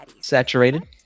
saturated